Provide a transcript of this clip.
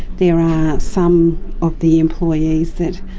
there are some of the employees that